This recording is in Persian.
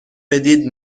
بدید